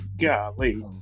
Golly